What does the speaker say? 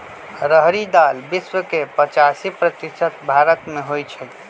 रहरी दाल विश्व के पचासी प्रतिशत भारतमें होइ छइ